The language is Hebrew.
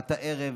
את הערב,